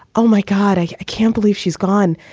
oh my god, i can't believe she's gone.